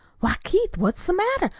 why, keith, what's the matter?